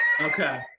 okay